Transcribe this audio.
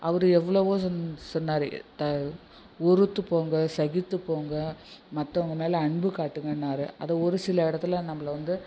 அவர் எவ்வளவோ சொன் சொன்னார் உறுத்துப் போங்க சகித்துப் போங்க மற்றவங்க மேலே அன்பு காட்டுங்கனாரு அதை ஒரு சில இடத்துல நம்பளை வந்து